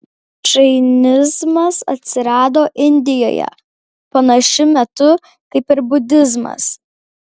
džainizmas atsirado indijoje panašiu metu kaip ir budizmas